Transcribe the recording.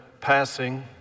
passing